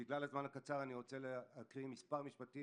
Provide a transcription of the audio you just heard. בגלל הזמן הקצר אני רוצה להקריא מספר משפטים